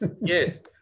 Yes